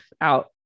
out